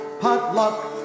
Potluck